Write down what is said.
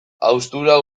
haustura